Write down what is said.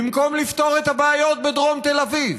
במקום לפתור את הבעיות בדרום תל אביב,